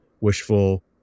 wishful